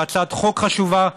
בהצעת חוק חשובה,